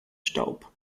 staub